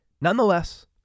nonetheless